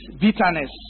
bitterness